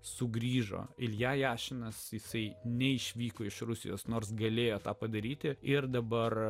sugrįžo ilja jašinas jisai neišvyko iš rusijos nors galėjo tą padaryti ir dabar